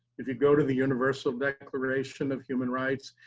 if you go to the universal declaration of human rights,